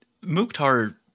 Mukhtar